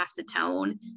acetone